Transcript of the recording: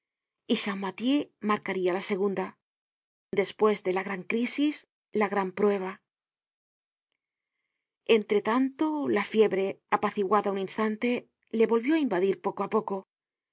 y champmathieu marcaria la segunda despues de la gran crisis la gran prueba entretanto la fiebre apaciguada un instante le volvió á invadir poco á poco mil